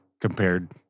compared